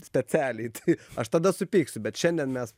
specialiai tai aš tada supyksiu bet šiandien mes